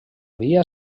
via